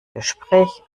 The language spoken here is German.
gespräch